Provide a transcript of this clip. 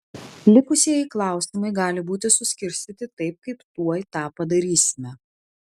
likusieji klausimai gali būti suskirstyti taip kaip tuoj tą padarysime